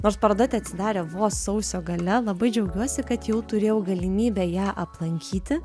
nors paroda teatsidarė vos sausio gale labai džiaugiuosi kad jau turėjau galimybę ją aplankyti